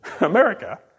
America